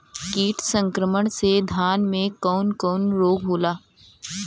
कीट संक्रमण से धान में कवन कवन रोग होला?